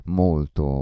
molto